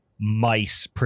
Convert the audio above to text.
mice